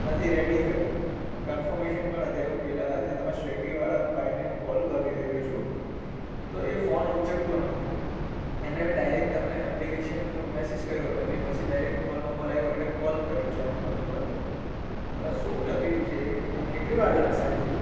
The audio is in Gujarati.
નથી રેડી થયો કન્ફમેશન પણ નથી આવ્યું પેલા જે તમે સ્વિગીવાળા ભાઈને હું કોલ કરી રહ્યો છું તો એ ફોન ઉચકતો નથી એટલે મેં ડાઇરેક્ટ તમને એપ્લિકેશન મેસેજ કર્યો પછી પછી ડાઇરેક કોલ નંબર આવ્યો એટલે કોલ કર્યો છે આ નંબર ઉપર તો શું તકલીફ છે કેટલી વાર લાગશે હજી